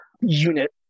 unit